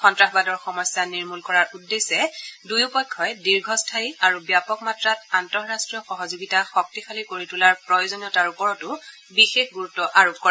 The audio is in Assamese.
সন্তাসবাদৰ সমস্যা নিৰ্মূল কৰাৰ উদ্দেশ্যে দুয়োপক্ষই দীৰ্ঘস্থায়ী আৰু ব্যাপক মাত্ৰাত আন্তঃৰাষ্ট্ৰীয় সহযোগিতা শক্তিশালী কৰি তোলাৰ প্ৰয়োজনীয়তাৰ ওপৰতো বিশেষ গুৰুত্ব আৰোপ কৰে